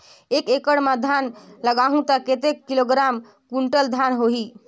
एक एकड़ मां धान लगाहु ता कतेक किलोग्राम कुंटल धान होही?